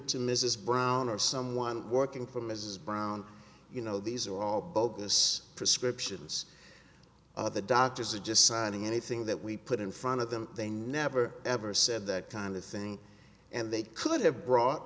to mrs brown or someone working for mrs brown you know these are all bogus prescriptions the doctors are just signing anything that we put in front of them they never ever said that kind of thing and they could have brought